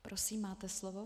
Prosím, máte slovo.